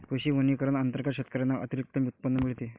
कृषी वनीकरण अंतर्गत शेतकऱ्यांना अतिरिक्त उत्पन्न मिळते